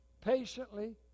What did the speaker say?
patiently